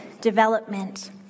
development